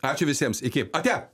ačiū visiems iki ate